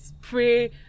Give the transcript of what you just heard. pray